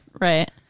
Right